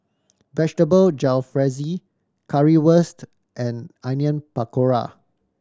Vegetable Jalfrezi Currywurst and Onion Pakora